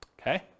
okay